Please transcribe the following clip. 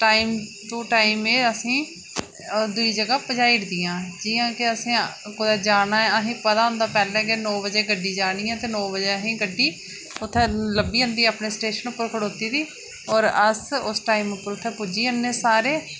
time to time असेंगी एह् दूई जगह पजाई ओड़दियां जियां कि असें कुदै जाना ऐ असें गी पता होंदा पैह्लें गै की नौ बजे गड्डी जानी ऐ ते नौ बजे गड्डी लब्भी जंदी उत्थें अपने स्टेशन पर खड़ोती दी ते अस होर उस टाईम पर उत्थै पुज्जी जन्ने सारे